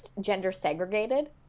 gender-segregated